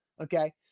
okay